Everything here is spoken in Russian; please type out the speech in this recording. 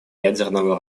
ядерного